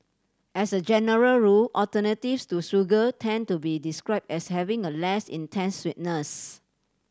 as a general rule alternatives to sugar tend to be describe as having a less intense sweetness